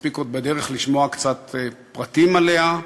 מספיק עוד בדרך לשמוע קצת פרטים עליה,